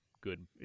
good